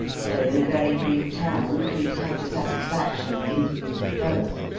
so in a very brief time cleek had the satisfaction of interviewing both.